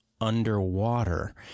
underwater